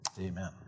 Amen